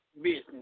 business